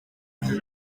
midi